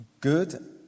Good